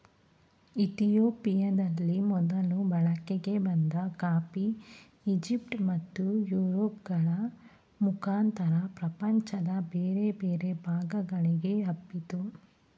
ಇತಿಯೋಪಿಯದಲ್ಲಿ ಮೊದಲು ಬಳಕೆಗೆ ಬಂದ ಕಾಫಿ ಈಜಿಪ್ಟ್ ಮತ್ತು ಯುರೋಪ್ ಗಳ ಮುಖಾಂತರ ಪ್ರಪಂಚದ ಬೇರೆ ಬೇರೆ ಭಾಗಗಳಿಗೆ ಹಬ್ಬಿತು